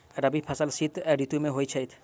रबी फसल शीत ऋतु मे होए छैथ?